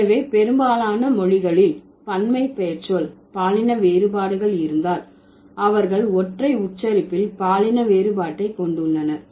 எனவே பெரும்பாலான மொழிகளில் பன்மை பெயர்ச்சொல் பாலின வேறுபாடுகள் இருந்தால் அவர்கள் ஒற்றை உச்சரிப்பில் பாலின வேறுபாட்டை கொண்டுள்ளனர்